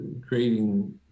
creating